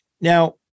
Now